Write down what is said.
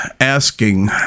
asking